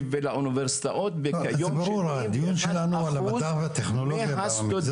ולאוניברסיטאות --- הדיון שלי הוא על המדע והטכנולוגיה במגזר.